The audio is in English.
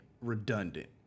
redundant